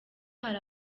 hari